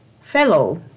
fellow